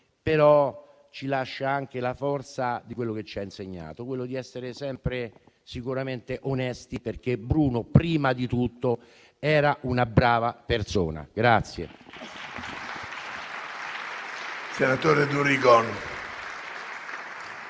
però ci lascia anche la forza di quello che ci ha insegnato, ossia di essere sempre onesti, perché Bruno, prima di tutto, era una brava persona.